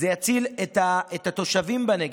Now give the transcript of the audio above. זה יציל את התושבים בנגב,